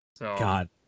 God